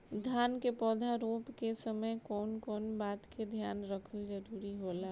धान के पौधा रोप के समय कउन कउन बात के ध्यान रखल जरूरी होला?